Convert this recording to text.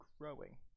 growing